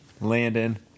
Landon